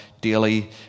daily